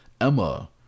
Emma